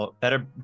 better